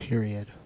period